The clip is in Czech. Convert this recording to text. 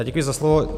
Děkuji za slovo.